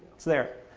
it's there.